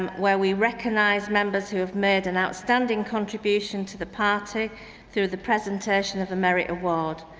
um where we recognise members who have made an outstanding contribution to the party through the presentation of a merit award.